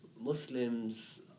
Muslims